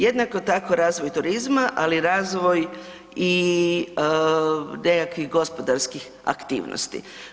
Jednako tako, razvoj turizma, ali razvoj i nekakvih gospodarskih aktivnosti.